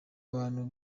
abantu